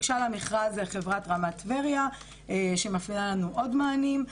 ניגשה למכרז חברת רמת טבריה שמפעילה לנו עוד מענים.